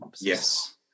Yes